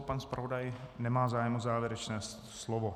Pan zpravodaj nemá zájem o závěrečné slovo.